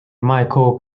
michael